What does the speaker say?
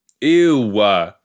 Ew